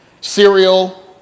Cereal